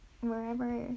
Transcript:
wherever